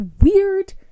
weird